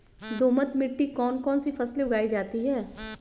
दोमट मिट्टी कौन कौन सी फसलें उगाई जाती है?